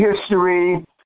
history